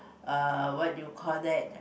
err what do you call that